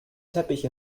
teppich